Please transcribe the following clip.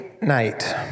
night